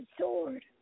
sword